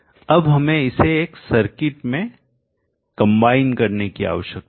अब हमें इसे एक सर्किट में कंबाइन संयोजित करने की आवश्यकता है